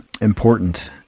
important